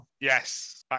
Yes